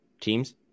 teams